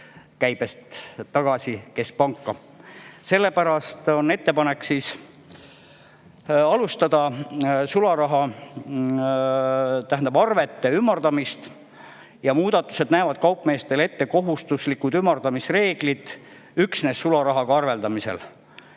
käibest tagasi keskpanka. Sellepärast on ettepanek alustada sularahaarvete ümardamist. Muudatused näevad kaupmeestele ette kohustuslikud ümardamisreeglid üksnes sularahaga arveldamisel.